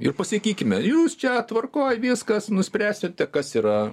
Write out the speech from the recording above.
ir pasakykime jūs čia tvarkoj viskas nuspręsite kas yra